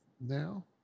now